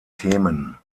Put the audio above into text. themen